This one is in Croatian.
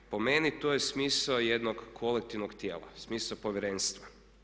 Po meni to je smisao jednog kolektivnog tijela, smisao povjerenstva.